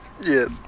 Yes